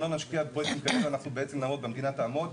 אם לא נשקיע בפרויקטים כאלה אנחנו בעצם נעמוד והמדינה תעמוד,